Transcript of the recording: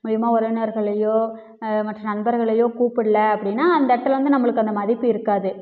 மூலயமா உறவினர்களையோ மற்றும் நண்பர்களையோ கூப்பிட்ல அப்படின்னா அந்த இடத்துல வந்து நம்மளுக்கு அந்த மதிப்பு இருக்காது